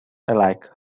alike